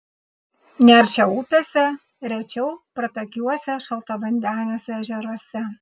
neršia upėse rečiau pratakiuose šaltavandeniuose ežeruose